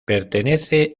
pertenece